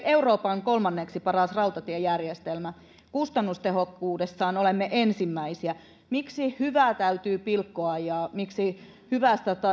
euroopan kolmanneksi paras rautatiejärjestelmä kustannustehokkuudessa olemme ensimmäisiä miksi hyvää täytyy pilkkoa ja miksi hyvästä